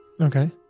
Okay